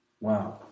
Wow